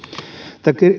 tätä